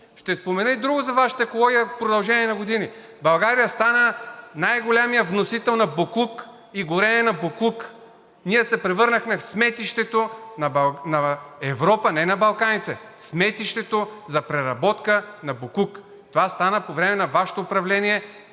Ще спомена и друго за Вашата екология. В продължение на години България стана най-големият вносител на боклук и горене на боклук. Ние се превърнахме в сметището на Европа, не на Балканите – сметището за преработка на боклук, и това стана по време на Вашето многогодишно